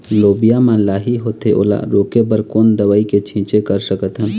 लोबिया मा लाही होथे ओला रोके बर कोन दवई के छीचें कर सकथन?